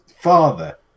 father